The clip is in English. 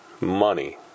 money